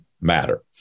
matter